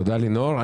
תודה, לינור.